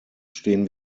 stehen